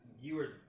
viewers